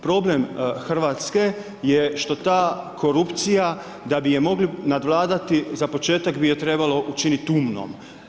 Problem Hrvatske je što ta korupcija da bi je mogli nadvladati za početak bi je trebalo učiniti umnom.